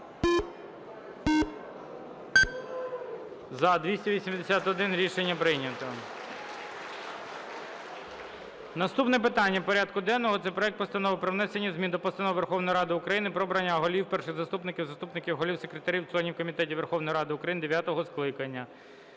За-281 Рішення прийнято. Наступне питання порядку денного – це проект Постанови про внесення змін до Постанови Верховної Ради України "Про обрання голів, перших заступників, заступників голів, секретарів, членів комітетів Верховної Ради України дев’ятого скликання"